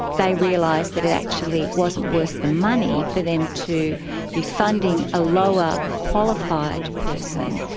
they realised that it actually wasn't worth the money for them to be funding a lower qualified person,